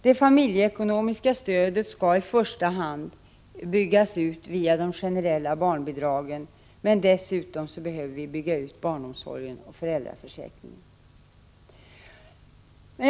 Det familjeekonomiska stödet skall i första hand förstärkas via de generella barnbidragen, men dessutom måste barnomsorgen och föräldraförsäkringen byggas ut.